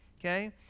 okay